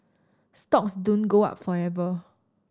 stocks don't go up forever